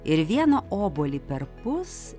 ir vieną obuolį perpus